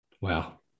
Wow